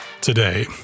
today